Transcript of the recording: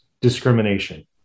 discrimination